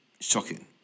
shocking